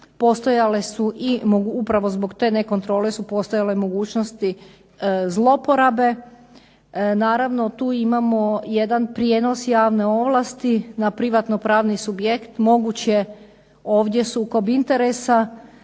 upravo zbog te nekontrole su postojale mogućnosti zloporabe. Naravno tu imamo jedan prijenos javne ovlasti na privatnopravni subjekt, moguć je ovdje sukob interesa